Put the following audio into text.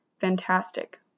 fantastic